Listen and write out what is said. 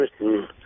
written